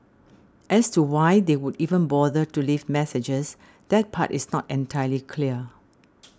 as to why they would even bother to leave messages that part is not entirely clear